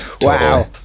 wow